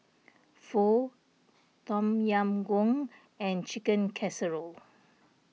Pho Tom Yam Goong and Chicken Casserole